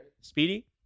Speedy